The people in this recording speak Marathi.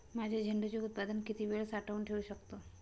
माझे झेंडूचे उत्पादन किती वेळ साठवून ठेवू शकतो?